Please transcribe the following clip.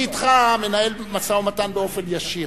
אני אתך מנהל משא-ומתן באופן ישיר,